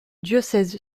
diocèse